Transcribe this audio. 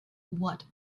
what